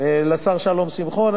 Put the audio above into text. לשר שלום שמחון,